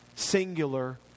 singular